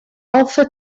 alpha